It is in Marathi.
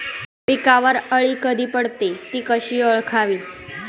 पिकावर अळी कधी पडते, ति कशी ओळखावी?